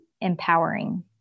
empowering